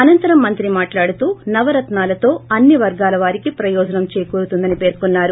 అనంతరం మంతి మాట్లాడుతూ నవరత్నాలతో అన్ని వర్గాల వారికి పయోజనం చేకూరుతుందని పేర్కొన్నారు